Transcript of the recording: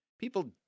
people